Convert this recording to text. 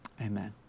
Amen